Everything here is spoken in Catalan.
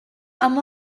amb